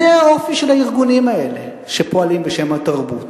זה האופי של הארגונים האלה שפועלים בשם התרבות.